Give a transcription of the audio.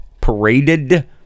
paraded